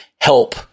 help